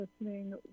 listening